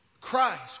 Christ